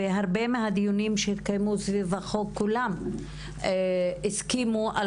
בדיונים רבים שהתקיימו סביב החוק כולם הסכימו על